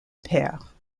père